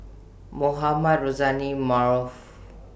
Mohamed Rozani Maarof